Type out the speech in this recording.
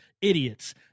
idiots